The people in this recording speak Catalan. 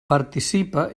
participa